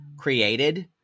created